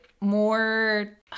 more